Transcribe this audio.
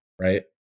right